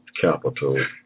capital